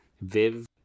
Viv